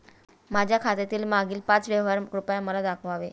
माझ्या खात्यातील मागील पाच व्यवहार कृपया मला दाखवावे